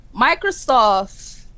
Microsoft